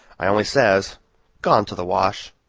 i only says gone to the wash.